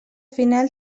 final